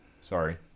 Sorry